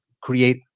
create